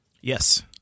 Yes